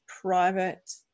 private